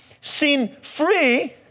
sin-free